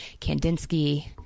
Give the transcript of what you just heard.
Kandinsky